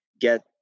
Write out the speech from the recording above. get